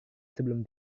sebelum